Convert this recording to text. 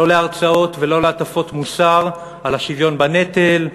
לא להרצאות ולא להטפות מוסר על השוויון בנטל,